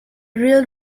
real